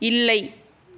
இல்லை